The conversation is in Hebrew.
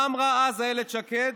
מה אמרה אז אילת שקד?